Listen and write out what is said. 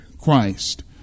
Christ